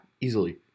easily